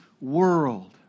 world